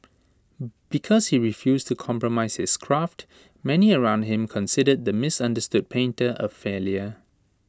because he refused to compromise his craft many around him considered the misunderstood painter A failure